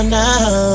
now